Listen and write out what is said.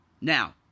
Now